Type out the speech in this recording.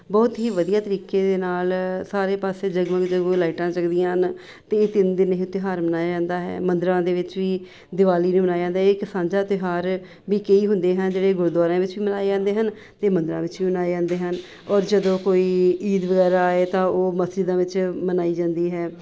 ਬਹੁਤ ਹੀ ਵਧੀਆ ਤਰੀਕੇ ਦੇ ਨਾਲ ਸਾਰੇ ਪਾਸੇ ਜਗਮਗ ਜਗਮਗ ਲਾਈਟਾਂ ਜਗਦੀਆਂ ਹਨ ਅਤੇ ਇਹ ਤਿੰਨ ਦਿਨ ਇਹ ਤਿਉਹਾਰ ਮਨਾਇਆ ਜਾਂਦਾ ਹੈ ਮੰਦਰਾਂ ਦੇ ਵਿੱਚ ਵੀ ਦੀਵਾਲੀ ਨੂੰ ਮਨਾਇਆ ਜਾਂਦਾ ਇਹ ਇੱਕ ਸਾਂਝਾ ਤਿਉਹਾਰ ਵੀ ਕਈ ਹੁੰਦੇ ਹਾਂ ਜਿਹੜੇ ਗੁਰਦੁਆਰਿਆਂ ਵਿੱਚ ਵੀ ਮਨਾਏ ਜਾਂਦੇ ਹਨ ਅਤੇ ਮੰਦਰਾਂ ਵਿੱਚ ਵੀ ਮਨਾਏ ਜਾਂਦੇ ਹਨ ਔਰ ਜਦੋਂ ਕੋਈ ਈਦ ਵਗੈਰਾ ਆਏ ਤਾਂ ਉਹ ਮਸਜਿਦਾਂ ਵਿੱਚ ਮਨਾਈ ਜਾਂਦੀ ਹੈ